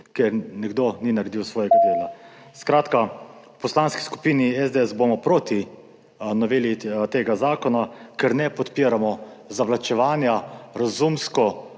ker nekdo ni naredil svojega dela. V Poslanski skupini SDS bomo proti noveli tega zakona, ker ne podpiramo zavlačevanja razumsko